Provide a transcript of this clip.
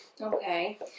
Okay